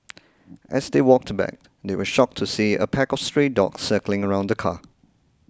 as they walked back they were shocked to see a pack of stray dogs circling around the car